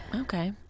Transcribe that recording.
Okay